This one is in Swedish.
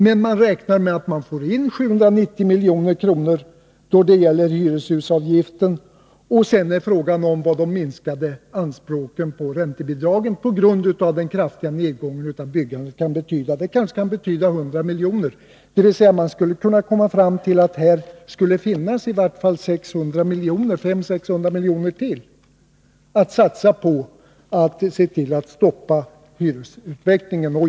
Men man räknar med att få in 790 miljoner genom hyreshusavgiften, och sedan är frågan vad de minskade anspråken när det gäller räntebidragen på grund av den kraftiga nedgången i byggandet kan betyda — det kan kanske betyda 100 miljoner. Man skulle alltså kunna komma fram till att det här finns ytterligare 500-600 miljoner som kunde satsas för att stoppa hyresutvecklingen.